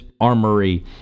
armory